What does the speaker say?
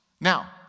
Now